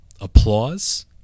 Applause